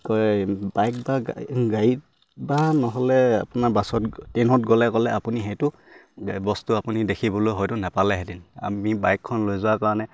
কি কয় বাইক বা গাড়ীত বা নহ'লে আপোনাৰ বাছত ট্ৰেইনত গ'লে গ'লে আপুনি সেইটো বস্তু আপুনি দেখিবলৈ হয়তো নেপালেহেঁতেন আমি বাইকখন লৈ যোৱাৰ কাৰণে